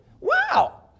Wow